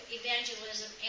evangelism